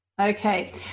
Okay